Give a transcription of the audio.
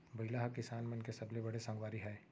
बइला ह किसान मन के सबले बड़े संगवारी हय